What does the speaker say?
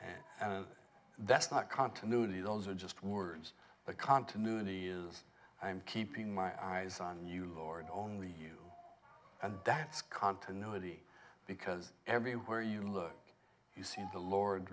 don't that's not continuity those are just words but continuity is i am keeping my eyes on you lord only you and that's continuity because everywhere you look you seem to lord